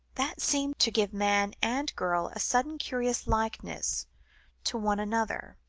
that seemed to give man and girl a sudden curious likeness to one another.